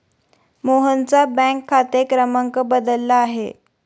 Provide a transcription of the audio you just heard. मोहनचा बँक खाते क्रमांक बदलला आहे